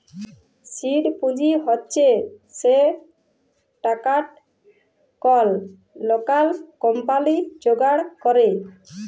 seed পুঁজি হছে সে টাকাট কল লকাল কম্পালি যোগাড় ক্যরে